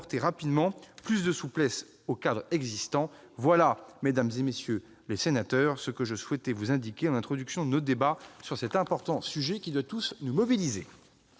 rapidement plus de souplesse au cadre existant. Voilà, mesdames, messieurs les sénateurs, ce que je souhaitais vous indiquer en introduction de nos débats sur cet important sujet, qui doit tous nous mobiliser.